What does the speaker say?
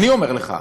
אני אומר לך,